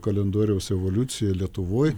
kalendoriaus evoliucija lietuvoj